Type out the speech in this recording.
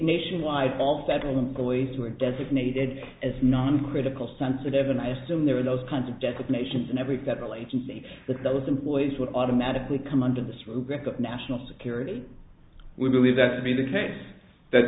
nationwide all settlement police were designated as non critical sensitive and i asked him there are those kinds of declamations in every federal agency that those employees would automatically come under this rubric of national security we believe that to be the case that